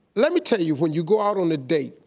let me tell you when you go out on a date,